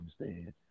understand